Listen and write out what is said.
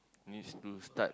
means school start